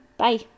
Bye